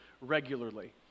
regularly